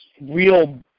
real